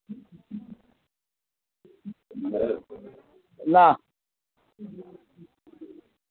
না